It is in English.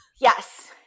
Yes